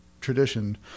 tradition